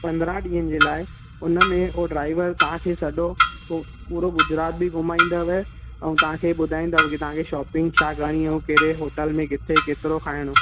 पंदरहं ॾींहंनि जे लाइ उन में उहो ड्राइवर तव्हां खे सॼो पू पूरो गुजरात बि घुमाईंदव ऐं तव्हां खे बुधाईंदव की तव्हां खे शॉपिंग छा करिणी आहे ऐं कहिड़े होटल में किथे केतिरो खाइणु